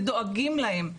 ודואגים להם,